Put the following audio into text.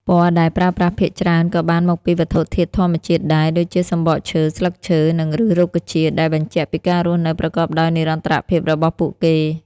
ពណ៌ដែលប្រើប្រាស់ភាគច្រើនក៏បានមកពីវត្ថុធាតុធម្មជាតិដែរ ដូចជា សំបកឈើ ស្លឹកឈើ និងឬសរុក្ខជាតិ ដែលបញ្ជាក់ពីការរស់នៅប្រកបដោយនិរន្តរភាពរបស់ពួកគេ។